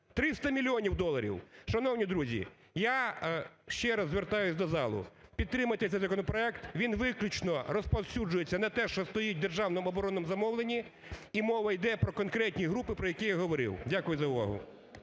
300 мільйонів доларів. Шановні друзі, я ще раз звертаюсь до залу. Підтримайте цей законопроект, він виключно розповсюджується на те, що стоїть в державному оборонному замовленні, і мова йде про конкретні групи, про які я говорив. Дякую за увагу.